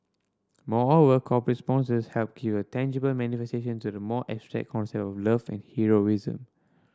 moreover corporate sponsors help give a tangible manifestation to the more abstract concept of love and heroism